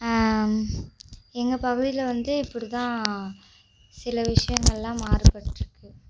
எங்கள் பகுதியில் வந்து இப்படி தான் சில விஷியங்களெலா மாறுப்பட்டுருக்கு